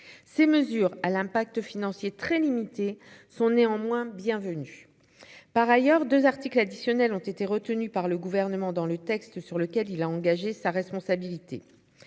ces mesures à l'impact financier très limités sont néanmoins bienvenue par ailleurs 2 articles additionnels ont été retenues par le gouvernement dans le texte sur lequel il a engagé sa responsabilité,